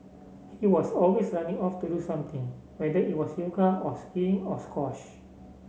he was always running off to do something whether it was yoga or skiing or squash